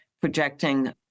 projecting